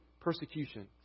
Persecution